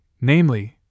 namely